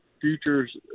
futures